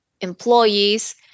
employees